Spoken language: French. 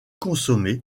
consommée